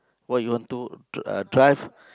what you want to uh drive